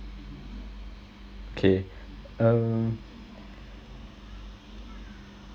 K um